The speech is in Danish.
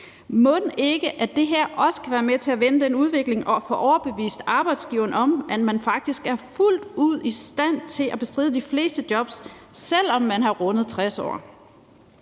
Mon ikke, at det her også kan være med til at vende den udvikling og få overbevist arbejdsgiveren om, at man faktisk er fuldt ud i stand til at bestride de fleste jobs, selv om man har rundet 60 år.